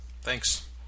thanks